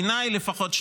בעיניי לפחות,